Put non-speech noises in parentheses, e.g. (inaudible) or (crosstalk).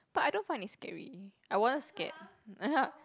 but I don't find it scary I wasn't scared (laughs)